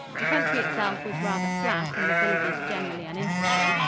the country itself was rather flat and the villages generally uninteresting.